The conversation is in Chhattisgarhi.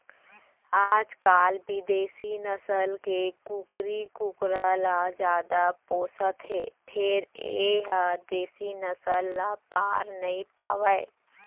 आजकाल बिदेसी नसल के कुकरी कुकरा ल जादा पोसत हें फेर ए ह देसी नसल ल पार नइ पावय